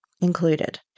included